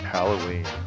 Halloween